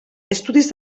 estudis